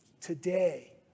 today